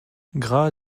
gra